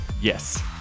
Yes